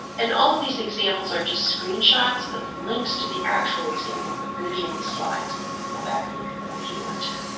and all of these examples are just screenshots but the links to the actual examples are gonna be in the slide so you can go back and look at them if you want to.